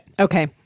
Okay